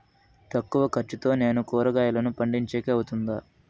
తక్కువ ఖర్చుతో నేను కూరగాయలను పండించేకి అవుతుందా?